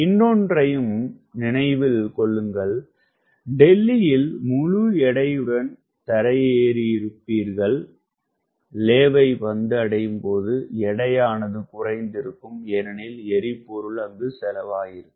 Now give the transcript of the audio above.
இன்னொன்றையும் நினைவில் கொள்ளுங்கள் டெல்லியில் முழு எடையுடன் தரையேறியிருப்பீர்கள் லே வை வந்தடையும்போது எடையானது குறைந்திருக்கும் ஏனெனில் எரிபொருள் செலவாகியிருக்கும்